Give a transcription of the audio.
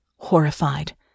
horrified